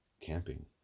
camping